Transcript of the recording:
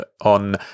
on